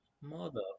Mother